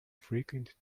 frequent